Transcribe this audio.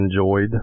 enjoyed